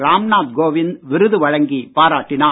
ராம் நாத் கோவிந்த் விருது வழங்கி பாராட்டினார்